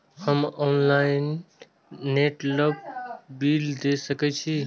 हम ऑनलाईनटेबल बील दे सके छी?